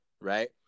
right